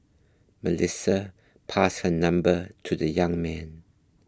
Melissa passed her number to the young man